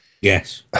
Yes